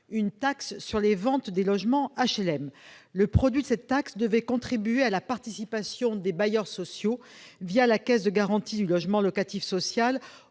une taxe sur les ventes de logements HLM. Le produit de cette taxe devait contribuer à la participation des bailleurs sociaux, la Caisse de garantie du logement locatif social,